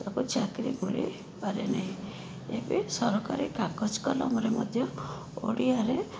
ତାକୁ ଚାକିରୀ ମିଳିପାରେ ନାହିଁ ଏବେ ସରକାରୀ କାଗଜ କଲମରେ ମଧ୍ୟ ଓଡ଼ିଆରେ